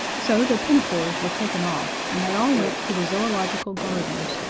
so their pinafores were taken off and they all went to the zoological gardens,